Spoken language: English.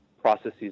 processes